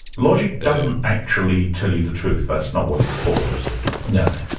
logic doesn't actually tell you the truth, that's not what it's for, is it? no.